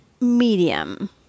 medium